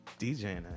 DJing